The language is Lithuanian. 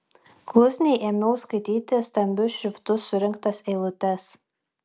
klusniai ėmiau skaityti stambiu šriftu surinktas eilutes